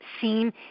scene